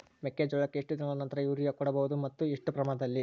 ಮೆಕ್ಕೆಜೋಳಕ್ಕೆ ಎಷ್ಟು ದಿನಗಳ ನಂತರ ಯೂರಿಯಾ ಕೊಡಬಹುದು ಮತ್ತು ಎಷ್ಟು ಪ್ರಮಾಣದಲ್ಲಿ?